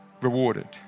rewarded